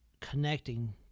connecting